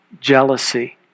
jealousy